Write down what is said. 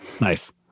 Nice